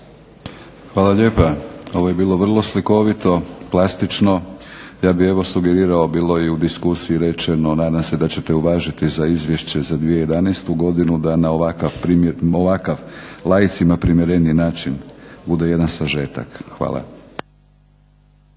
Hvala lijepa. Ovo je bilo vrlo slikovito, plastično. Ja bih sugerirao bilo je u diskusiji rečeno nadam se da ćete uvažiti za izvješće za 2011.godinu da na ovakav laicima primjereniji način bude jedan sažetak. Hvala.